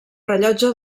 rellotge